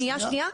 שנייה,